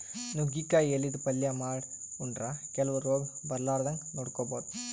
ನುಗ್ಗಿಕಾಯಿ ಎಲಿದ್ ಪಲ್ಯ ಮಾಡ್ ಉಂಡ್ರ ಕೆಲವ್ ರೋಗ್ ಬರಲಾರದಂಗ್ ನೋಡ್ಕೊಬಹುದ್